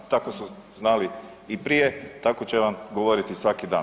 Tako su znali i prije, tako će vam govoriti svaki dan.